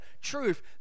truth